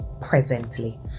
presently